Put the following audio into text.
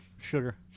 sugar